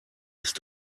ist